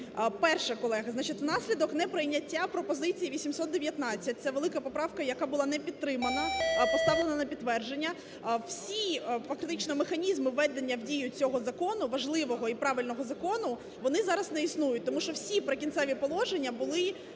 Перше, колеги. Значить, в наслідок неприйняття пропозиції 819, це велика поправка, яка була не підтримана, а поставлена на підтвердження, всі фактично механізми введення в дію цього закону, важливого і правильного закону, вони зараз не існують, тому що всі "Прикінцеві положення" були